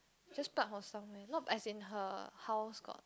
just pluck from some where not as in her house got